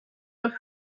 have